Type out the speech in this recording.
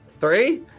Three